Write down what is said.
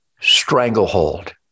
Stranglehold